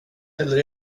eller